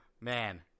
Man